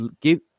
give